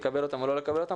לקבל אותם או לא לקבל אותם,